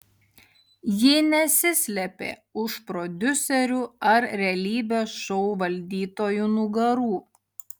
ji nesislėpė už prodiuserių ar realybės šou valdytojų nugarų